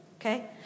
Okay